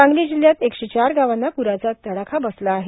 सांगली जिल्ह्यात एकशे चार गावांना प्राचा तडाखा बसला आहे